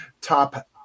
top